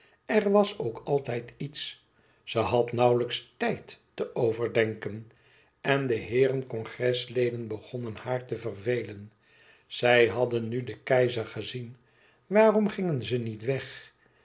er was ook altijd iets ze had nauwlijks tijd te overdenken en de heeren congresleden begonnen haar te vervelen zij hadden nu den keizer gezien waarom gingen ze niet weg